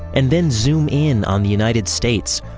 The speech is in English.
and then zoom in on the united states,